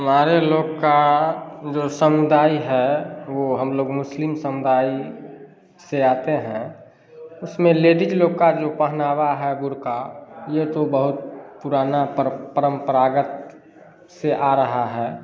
हमारे लोग का जो समुदाय है वह हमलोग मुस्लिम समुदाय से आते हैं उसमें लेडीज़ लोग का जो पहनावा है बुर्क़ा यह तो बहुत पुराना पर परम्परागत से आ रहा है